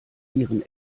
ihren